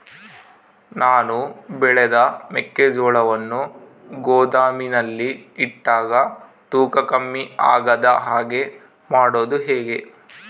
ನಾನು ಬೆಳೆದ ಮೆಕ್ಕಿಜೋಳವನ್ನು ಗೋದಾಮಿನಲ್ಲಿ ಇಟ್ಟಾಗ ತೂಕ ಕಮ್ಮಿ ಆಗದ ಹಾಗೆ ಮಾಡೋದು ಹೇಗೆ?